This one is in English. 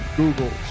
google